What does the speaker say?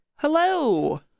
Hello